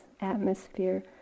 atmosphere